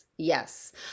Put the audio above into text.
Yes